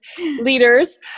leaders